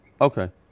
Okay